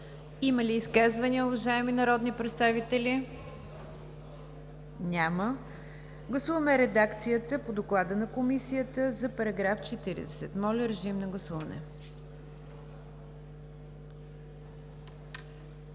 Има ли изказвания, уважаеми народни представители? Няма. Гласуваме редакцията по Доклада на Комисията за § 40. Гласували